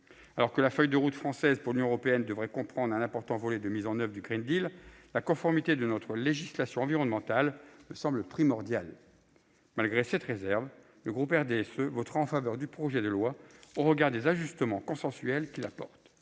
Alors que la feuille de route française pour l'Union européenne devrait comprendre un important volet de mise en oeuvre du, la conformité de notre législation environnementale me semble primordiale. Malgré cette réserve, le groupe RDSE votera en faveur du projet de loi au regard des ajustements consensuels qu'il apporte.